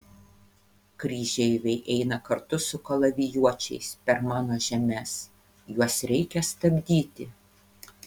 kryžeiviai eina kartu su kalavijuočiais per mano žemes juos reikia stabdyti